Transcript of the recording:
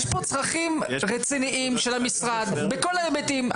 יש פה צרכים רציניים של המשרד בכל ההיבטים.